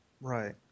Right